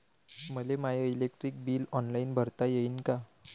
मले my electric bill online भरता येईन का?